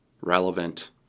relevant